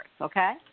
Okay